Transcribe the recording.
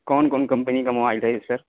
کون کون کمپنی کا موبائل ہے سر